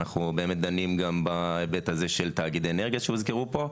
אנחנו באמת דנים גם בהיבט הזה של תאגיד אנרגיה שהוזכר פה.